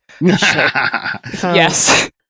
Yes